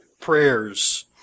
prayers